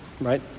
Right